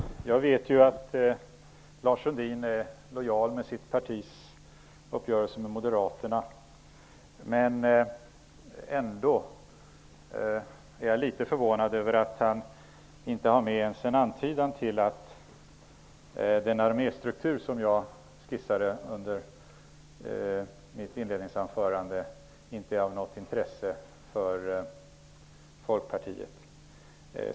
Herr talman! Jag vet att Lars Sundin är lojal med sitt partis uppgörelse med Moderaterna, men jag är litet förvånad över att den arméstruktur som jag skissade under mitt inledningsanförande inte är av något intresse för Folkpartiet.